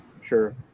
sure